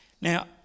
Now